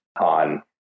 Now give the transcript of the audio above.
on